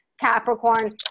Capricorn